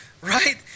right